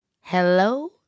hello